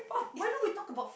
why don't we talk about